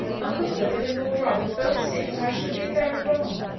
uncle clifford and lord robert both say that i should be very wrong.